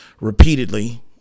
repeatedly